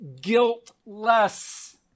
Guiltless